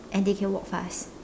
and they can walk fast